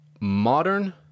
modern